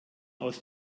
aus